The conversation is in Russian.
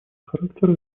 характера